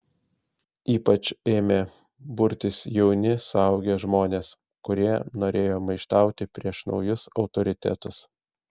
ypač ėmė burtis jauni suaugę žmonės kurie norėjo maištauti prieš naujus autoritetus